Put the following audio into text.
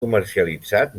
comercialitzat